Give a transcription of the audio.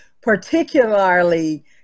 particularly